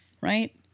Right